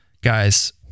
Guys